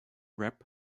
rap